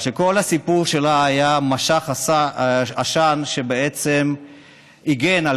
שכל הסיפור שלה היה מסך עשן שבעצם הגן על